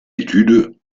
étude